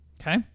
Okay